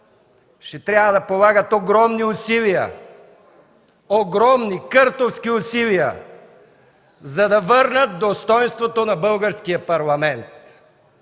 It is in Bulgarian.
ще трябва да полагат огромни усилия, огромни, къртовски усилия, за да върнат достойнството на Българския парламент.